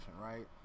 right